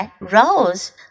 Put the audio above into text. Rose